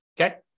okay